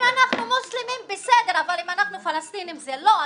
אם אנחנו מוסלמים בסדר אבל אם אנחנו פלסטינים זה לא?